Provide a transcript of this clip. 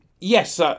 Yes